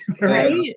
Right